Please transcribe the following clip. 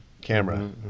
camera